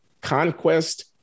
conquest